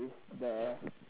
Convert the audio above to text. is the